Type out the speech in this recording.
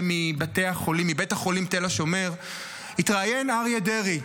מבית החולים תל השומר התראיין אריה דרעי,